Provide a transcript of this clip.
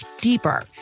deeper